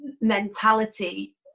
mentality